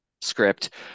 script